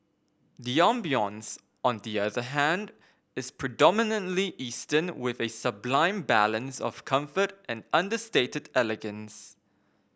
the ambience on the other hand is predominantly Eastern with a sublime balance of comfort and understated elegance